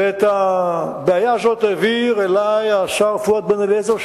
ואת הבעיה הזאת העביר אלי השר פואד בן-אליעזר,